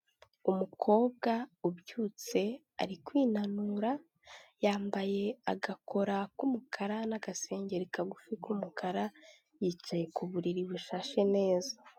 Umukobwa ubyutse ari kwinanura, yambaye agakora k'umukara n'agasengeri kagufi k'umukara, yicaye ku buriri bushashe neza.